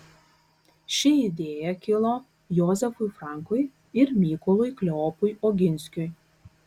ši idėja kilo jozefui frankui ir mykolui kleopui oginskiui